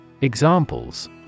Examples